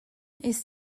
ist